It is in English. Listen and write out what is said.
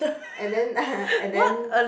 and then and then